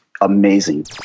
amazing